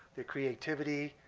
the creativity,